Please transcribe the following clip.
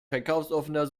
verkaufsoffener